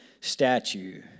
statue